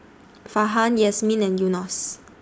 Farhan Yasmin and Yunos